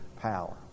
power